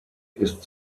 ist